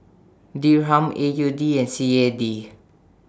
Dirham A U D and C A D